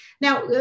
Now